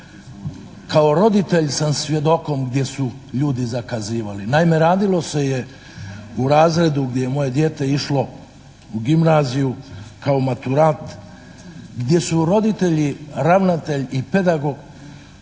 Kao roditelj sam svjedokom gdje su ljudi zakazivali. Naime, radilo se je u razredu gdje je moje dijete išlo u gimnaziju, kao maturant, gdje su roditelji, ravnatelj i pedagog